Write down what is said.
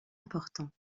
important